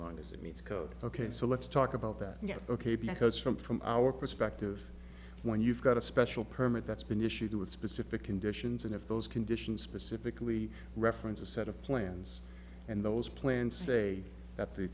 long as it meets code ok so let's talk about that yet ok because from from our perspective when you've got a special permit that's been issued to a specific conditions and if those conditions specifically reference a set of plans and those plans say that the